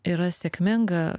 yra sėkminga